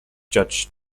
judge